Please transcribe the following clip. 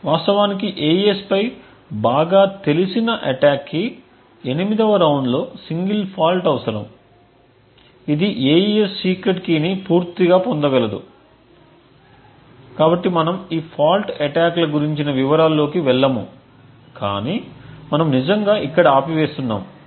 వాస్తవానికి AES పై బాగా తెలిసిన అటాక్కి 8 వ రౌండ్లో సింగిల్ ఫాల్ట్ అవసరం ఇది AES సీక్రెట్ కీని పూర్తిగా పొందగలదు కాబట్టి మనము ఈ ఫాల్ట్ అటాక్ల గురించిన వివరాల్లోకి వెళ్లము కాని మనము నిజంగా ఇక్కడ ఆపి వేస్తున్నాము